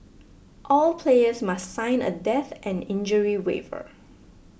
all players must sign a death and injury waiver